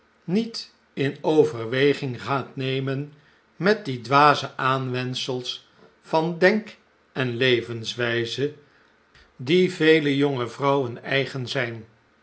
niet in overweging gaat nemen met die dwaze aanwensels van denk en levenswijze die vele jonge vrouwen eigen zijn